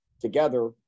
together